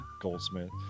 Goldsmith